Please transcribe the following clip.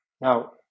Now